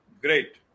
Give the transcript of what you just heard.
Great